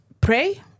pray